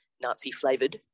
Nazi-flavored